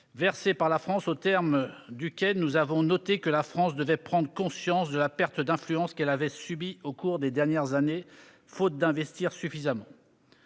versées par notre pays. Nous avons noté que la France devait prendre conscience de la perte d'influence qu'elle avait subie au cours des dernières années, faute d'investir suffisamment.